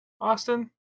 Austin